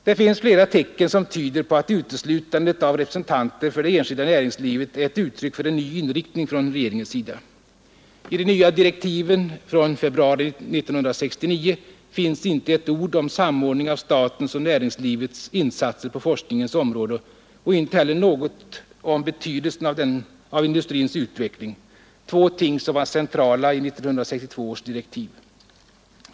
Det finns flera tecken som tyder på att uteslutandet av representanter för det enskilda näringslivet är ett uttryck för en ny inriktning från regeringens sida. I de nya direktiven från februari 1969 finns inte ett ord om samordning av statens och näringslivets insatser på forskningens område och inte heller något om betydelsen av industrins utveckling — två ting som var centrala i 1962 års direktiv.